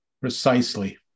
Precisely